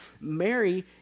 mary